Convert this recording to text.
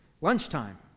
lunchtime